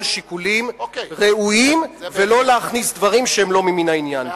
שיקולים ראויים ולא להכניס דברים שהם לא ממין העניין.